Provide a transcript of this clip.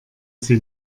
sie